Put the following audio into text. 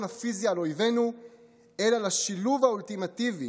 הפיזי על אויבנו אלא לשילוב האולטימטיבי